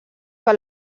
que